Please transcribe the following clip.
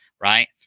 right